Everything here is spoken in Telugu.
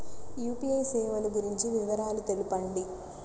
యూ.పీ.ఐ సేవలు గురించి వివరాలు తెలుపండి?